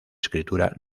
escritura